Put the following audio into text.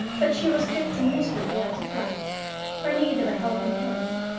that she was drifting miserably out of life for need of a helping hand.